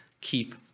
keep